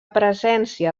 presència